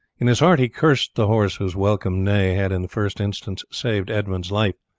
in his heart he cursed the horse whose welcoming neigh had in the first instance saved edmund's life,